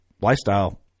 lifestyle